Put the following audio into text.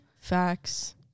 Facts